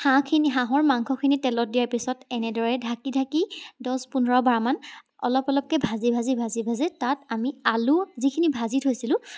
হাঁহখিনি হাঁহৰ মাংসখিনি তেলত দিয়াৰ পিছত এনেদৰে ঢাকি ঢাকি দহ পোন্ধৰবাৰমান অলপ অলপকৈ ভাজি ভাজি ভাজি ভাজি তাত আমি আলু যিখিনি ভাজি থৈছিলোঁ